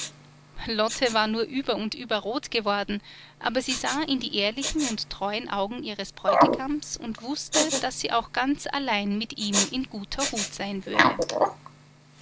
lotte war nur über und über rot geworden aber sie sah in die ehrlichen und treuen augen ihres bräutigams und wußte daß sie auch ganz allein mit ihm in guter hut sein würde